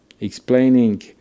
explaining